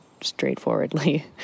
straightforwardly